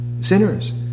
sinners